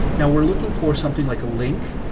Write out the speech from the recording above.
now we're looking for something like a link.